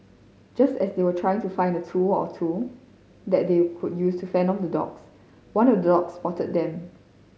just as they trying to find a tool or two that they could use to fend off the dogs one of the dogs spotted them